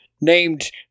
named